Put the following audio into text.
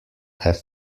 have